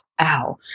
ow